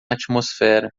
atmosfera